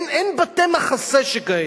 אין בתי-מחסה שכאלה.